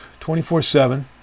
24-7